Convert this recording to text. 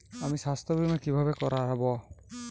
আমি স্বাস্থ্য বিমা কিভাবে করাব?